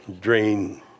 drain